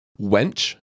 Wench